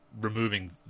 removing